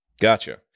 Gotcha